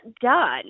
done